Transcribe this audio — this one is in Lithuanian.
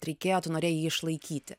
reikėjo tu norėjai jį išlaikyti